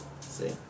See